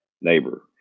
neighbor